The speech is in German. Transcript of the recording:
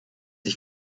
ich